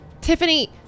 Tiffany